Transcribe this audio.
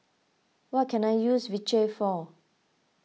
what can I use Vichy for